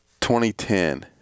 2010